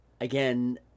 again